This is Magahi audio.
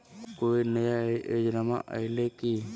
कोइ नया योजनामा आइले की?